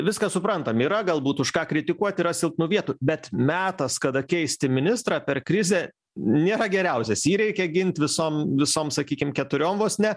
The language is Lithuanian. viską suprantam yra galbūt už ką kritikuot yra silpnų vietų bet metas kada keisti ministrą per krizę nėra geriausias jį reikia gint visom visoms sakykim keturiom vos ne